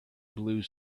blue